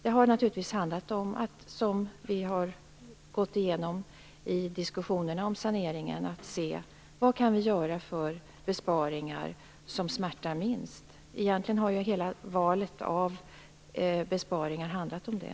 Det har naturligtvis, som vi har gått igenom i diskussionerna om saneringen, handlat om vilka besparingar vi kan göra som smärtar minst. Egentligen har hela valet av besparingar handlat om det.